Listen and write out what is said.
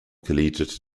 collegiate